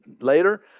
later